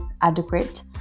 adequate